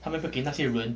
他们不要给那些人